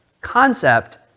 concept